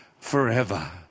forever